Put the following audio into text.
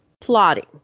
plotting